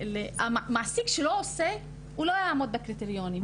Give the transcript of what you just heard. השאלון מעסיק שלא עושה לא יעמוד בקריטריונים.